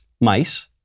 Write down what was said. mice